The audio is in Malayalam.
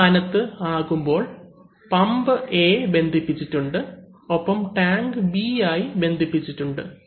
ഈ സ്ഥാനത്ത് ആകുമ്പോൾ പമ്പ് A ആയി ബന്ധിപ്പിച്ചിട്ടുണ്ട് ഒപ്പം ടാങ്ക് B ആയി ബന്ധിപ്പിച്ചിട്ടുണ്ട്